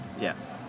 Yes